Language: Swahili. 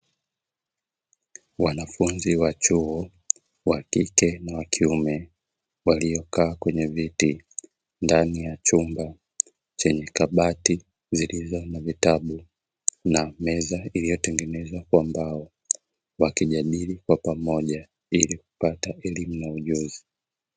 Wanafunzi wa chuo, wa kike na wa kiume waliokaa kwenye viti ndani ya chumba chenye kabati zilizo na vitabu na meza iliyotengenezwa kwa mbao wakijadili kwa pamoja ili kupata elimu na ujuzi.